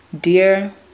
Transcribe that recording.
Dear